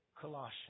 Colossians